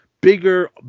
bigger